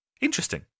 interesting